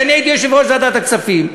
כשאני הייתי יושב-ראש ועדת הכספים,